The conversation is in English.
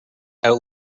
out